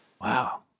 Wow